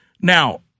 Now